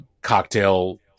cocktail